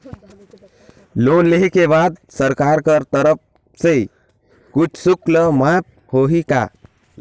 Loan लेहे के बाद सरकार कर तरफ से कुछ शुल्क माफ होही का?